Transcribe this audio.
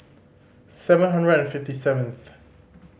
seven hundred and fifty seventh